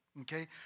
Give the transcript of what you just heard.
okay